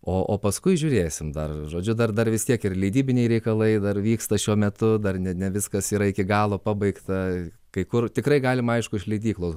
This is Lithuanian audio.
o o paskui žiūrėsim dar žodžiu dar dar vis tiek ir leidybiniai reikalai dar vyksta šiuo metu dar ne ne viskas yra iki galo pabaigta kai kur tikrai galima aišku iš leidyklos